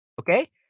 Okay